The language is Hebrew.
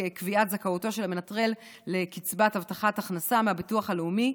קביעת זכאותו של המנטרל לקצבת הבטחת הכנסה מהביטוח לאומי,